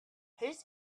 his